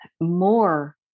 more